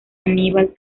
aníbal